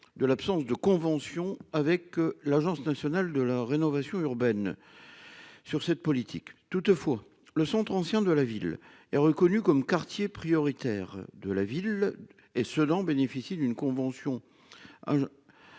de l'absence de convention avec l'Agence nationale de la rénovation urbaine. Sur cette politique. Toutefois, le centre ancien de la ville est reconnu comme quartiers prioritaires de la ville et ce en bénéficie d'une convention